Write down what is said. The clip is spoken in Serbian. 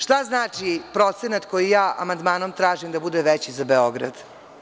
Šta znači, procenat koji ja amandmanom tražim da bude veći za Beograd?